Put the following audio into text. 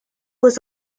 was